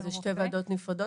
אז זה שתי ועדות נפרדות?